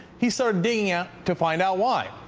he started digging ah to find out why,